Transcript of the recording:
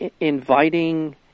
inviting